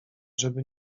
żeby